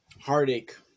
Heartache